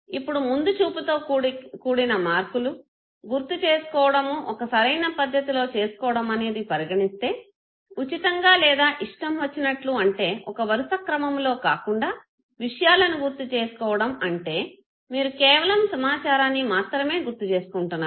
ఇప్పుడు ముందుచూపుతో కూడిన మార్కులు గుర్తు చేసుకోవడము ఒక సరైన పద్ధతిలో చేసుకోవడం అనేది పరిగణిస్తే ఉచితంగా లేదా ఇష్టం వచ్చినట్టు అంటే ఒక వరుస క్రమములో కాకుండా విషయాలను గుర్తు చేసుకోవడం అంటే మీరు కేవలం సమాచారాన్ని మాత్రమే గుర్తుచేసుకుంటున్నారు